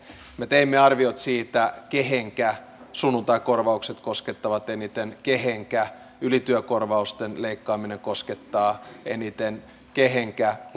me teimme arviot siitä kehenkä sunnuntaikorvaukset koskettavat eniten kehenkä ylityökorvausten leikkaaminen koskettaa eniten kehenkä